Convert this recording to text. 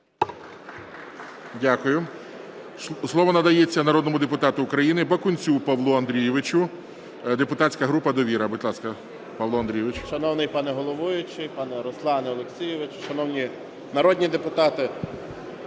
Дякую. Слово надається народному депутату України Бакунцю Павлу Андрійовичу, депутатська група "Довіра". Будь ласка, Павло Андрійович. 11:29:29 БАКУНЕЦЬ П.А. Шановний пане головуючий, пане Руслане Олексійовичу, шановні народні депутати!